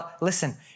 listen